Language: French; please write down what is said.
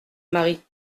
mari